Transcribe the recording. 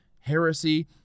heresy